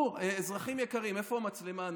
אזרחים יקרים, איפה המצלמה?